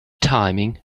timing